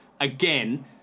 again